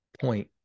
point